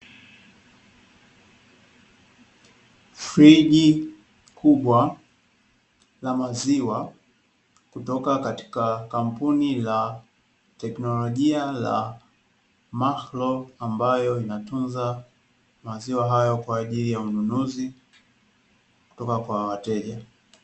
Friji kubwa la maziwa kutoa katika kampuni la teknolojia la Macloh, ambayo inatunza maziwa hayo kwa ajili ya ununuzi kutoka kwa wateja.